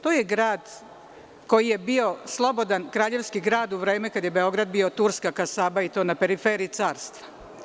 To je grad koji je bio slobodan kraljevski grad u vreme kada je Beograd bio turska kasaba i to na periferiji carstva.